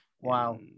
wow